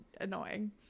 annoying